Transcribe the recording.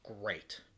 great